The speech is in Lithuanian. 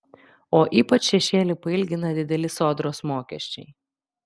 o ypač šešėlį pailgina dideli sodros mokesčiai